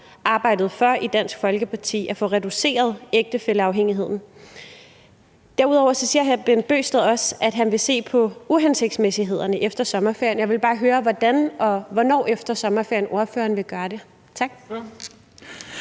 arbejdet for i Dansk Folkeparti, altså at få reduceret ægtefælleafhængigheden. Derudover siger hr. Bent Bøgsted også, at han vil se på uhensigtsmæssighederne efter sommerferien, og jeg vil bare høre hvordan og hvornår efter sommerferien ordføreren vil gøre det. Tak.